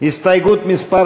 הסתייגות מס'